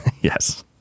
yes